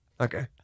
okay